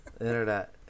internet